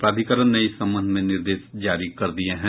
प्राधिकरण ने इस संबंध में निर्देश जारी कर दिये हैं